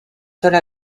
seule